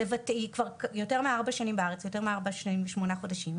היא כבר יותר מארבע שנים בארץ ארבע שנים ושמונה חודשים.